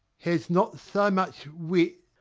has not so much wit